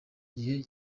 gihe